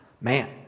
man